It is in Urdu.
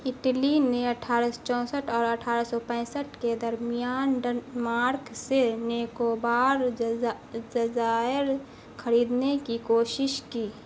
اٹلی نے اٹھارہ سو چونسٹھ اور اٹھارہ سو پینسٹھ کے درمیان ڈنمارک سے نیکوبار جزائر خریدنے کی کوشش کی